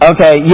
Okay